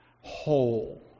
Whole